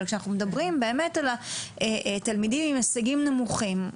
אבל כשאנחנו מדברים באמת על התלמידים עם ההישגים הנמוכים,